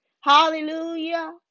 Hallelujah